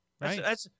Right